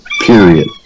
Period